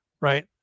right